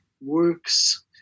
works